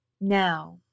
Now